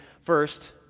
first